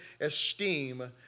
esteem